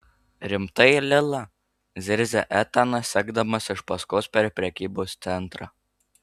rimtai lila zirzia etanas sekdamas iš paskos per prekybos centrą